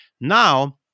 Now